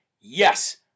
Yes